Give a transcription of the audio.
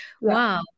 Wow